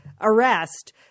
arrest